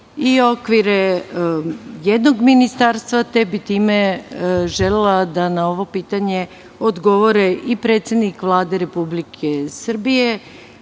i okvire jednog ministarstva, te bih time želela da na ovo pitanje odgovore i predsednik Vlade Republike Srbije,